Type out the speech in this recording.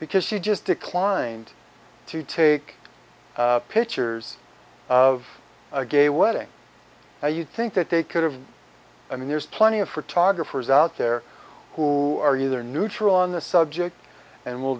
because she just declined to take pictures of a gay wedding do you think that they could have i mean there's plenty of photographers out there who are either neutral on the subject and will